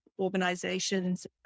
organization's